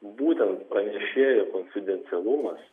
būten paranešėjų konfidencialumas